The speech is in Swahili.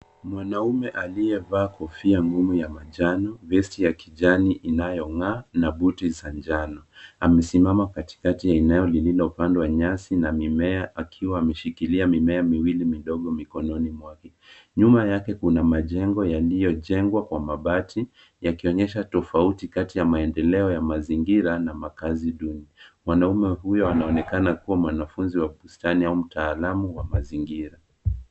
Mwanaume aliyevaa kofia ngumu ya manjano, vesti ya kijani inayong'aa na boots za njano, amesimama katikati ya eneo lililopandwa nyasi na mimea akiwa ameshikilia mimea miwili midogo mikononi mwake. Nyuma yake kuna majengo yaliyojengwa kwa mabati yakionyesha tofauti kati ya maendeleo ya mazingira na makazi duni. Mwanamume huyo anaonekana kuwa mwanafunzi wa bustani au mtaalamu wa mazingira.